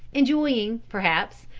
enjoying, perhaps,